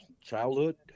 childhood